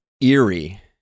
eerie